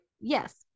Yes